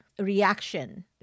reaction